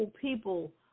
people